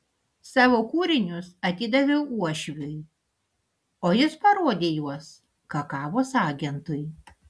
savo kūrinius atidaviau uošviui o jis parodė juos kakavos agentui